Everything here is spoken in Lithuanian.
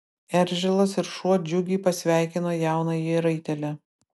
eržilas ir šuo džiugiai pasveikino jaunąjį raitelį